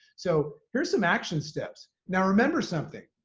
so here's some action steps. now, remember something,